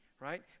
right